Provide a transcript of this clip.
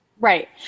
Right